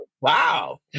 Wow